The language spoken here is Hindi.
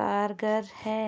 कारगर है?